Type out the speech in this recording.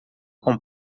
com